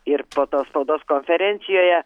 ir po to spaudos konferencijoje